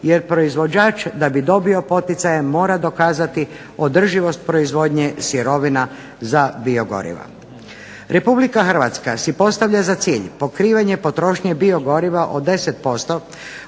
jer proizvođač da bi dobio poticaje mora dokazati održivost proizvodnje sirovina za biogoriva. Republika Hrvatska si postavlja za cilj pokrivanje potrošnje biogoriva od 10%